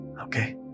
okay